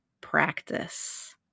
practice